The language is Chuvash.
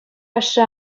ашшӗ